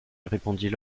répondit